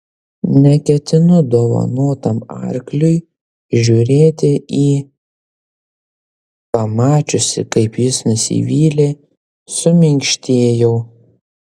neketinu dovanotam arkliui žiūrėti į pamačiusi kaip jis nusivylė suminkštėjau